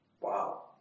Wow